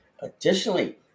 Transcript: Additionally